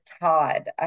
Todd